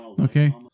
Okay